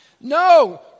No